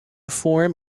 form